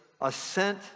assent